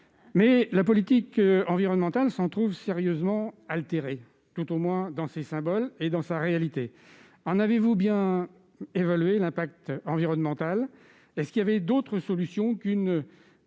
que la politique environnementale s'en trouve sérieusement altérée, tout au moins dans ses symboles et dans sa réalité. En avez-vous bien évalué l'impact environnemental ? N'y avait-il pas d'autre solution que